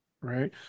Right